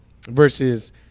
versus